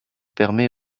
permet